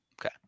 Okay